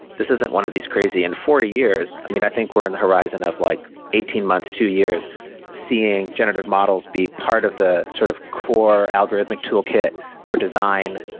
this isn't one of these crazy in forty years. i mean, i think we're in the horizon of like eighteen months, two years seeing generative models be part of the sort of core algorithmic toolkit for design,